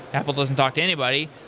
apple doesn't talk to anybody.